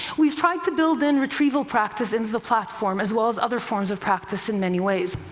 we've tried to build in retrieval practice into the platform, as well as other forms of practice in many ways.